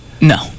No